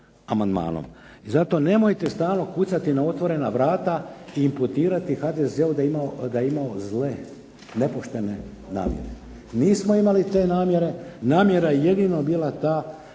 zato nemojte stalno kucati na otvorena vrata i imputirati HDZ-u da je imao zle i nepoštene namjere. Nismo imali te namjere, namjera je jedino bila ta